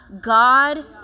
God